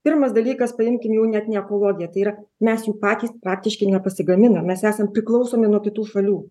pirmas dalykas paimkim jau net ne ekologiją tai yra mes jų patys praktiškai nepasigaminam mes esam priklausomi nuo kitų šalių